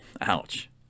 Ouch